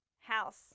house